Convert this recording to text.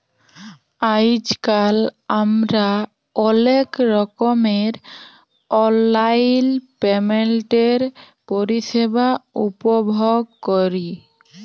আইজকাল আমরা অলেক রকমের অললাইল পেমেল্টের পরিষেবা উপভগ ক্যরি